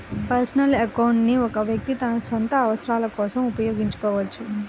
personal account ని ఒక వ్యక్తి తన సొంత అవసరాల కోసం ఉపయోగించుకోవచ్చు